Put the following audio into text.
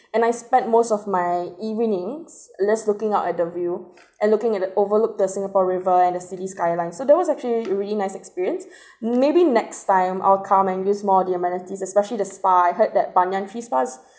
and I spent most of my evenings least looking out at the view and looking at the overlooked the singapore river and the city skyline so that was actually a really nice experience maybe next time I'll come and use more the amenities especially the spa I heard that banyan tree spa